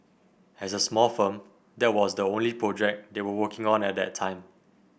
as a small firm that was the only project they were working on at the time